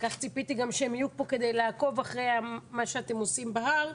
כך ציפיתי גם שהם יהיו פה כדי לעקוב אחרי מה שאתם עושים בהר,